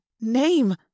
name